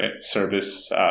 service